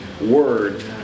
word